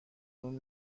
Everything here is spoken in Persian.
اون